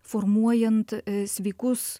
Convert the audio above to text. formuojant sveikus